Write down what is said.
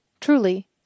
Truly